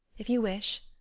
if you wish.